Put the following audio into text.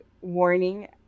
warning